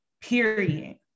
period